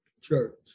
church